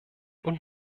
und